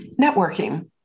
networking